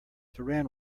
taran